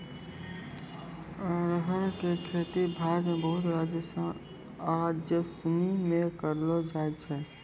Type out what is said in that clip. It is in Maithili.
अरहर के खेती भारत मे बहुते राज्यसनी मे करलो जाय छै